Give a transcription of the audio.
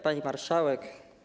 Pani Marszałek!